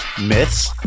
myths